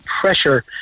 pressure